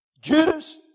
Judas